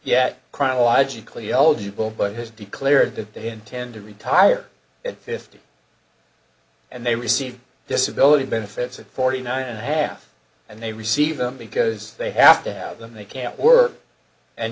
yet chronologically eligible but has declared that they intend to retire at fifty and they receive disability benefits of forty nine and a half and they receive them because they have to have them they can't work and